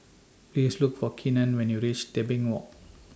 Please Look For Keenan when YOU REACH Tebing Walk